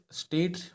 state